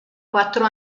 quattro